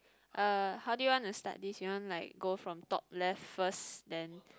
uh how do you want to start this you want like go from top left first then